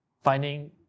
finding